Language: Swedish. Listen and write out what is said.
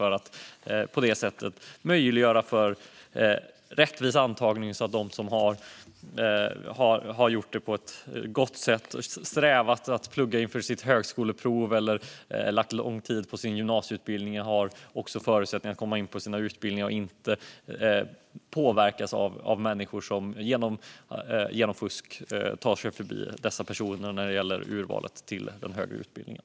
Vi måste möjliggöra för en rättvis antagning så att de som har gjort det på ett riktigt sätt genom att lägga tid på sin gymnasieutbildning eller plugga inför högskoleprovet också har förutsättningar att komma in på sina utbildningar. Deras förutsättningar ska inte påverkas av människor som genom fusk tar sig förbi i urvalet till den högre utbildningen.